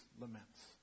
laments